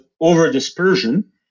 over-dispersion